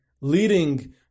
leading